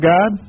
God